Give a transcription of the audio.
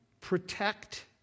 protect